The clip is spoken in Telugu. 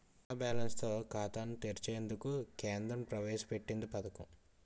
సున్నా బ్యాలెన్స్ తో ఖాతాను తెరిచేందుకు కేంద్రం ప్రవేశ పెట్టింది పథకం